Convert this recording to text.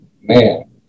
man